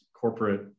corporate